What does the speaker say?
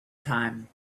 time